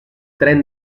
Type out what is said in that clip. tren